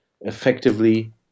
effectively